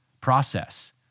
process